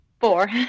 four